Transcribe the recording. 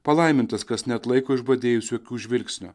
palaimintas kas neatlaiko išbadėjusių akių žvilgsnio